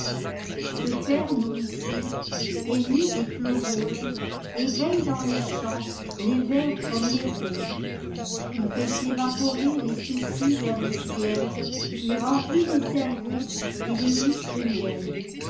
ze père nourricier ennemi des chloroses éveille dans les champs les vers comme les roses fait s'évaporer les soucis vers le ciel et remplit les cerveaux et les ruches de miel